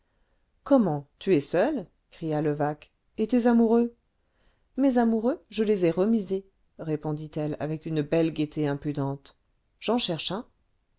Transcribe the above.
comment tu es seule cria levaque et tes amoureux mes amoureux je les ai remisés répondit-elle avec une belle gaieté impudente j'en cherche un